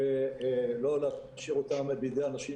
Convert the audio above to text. ולא להשאיר אותם בידי אנשים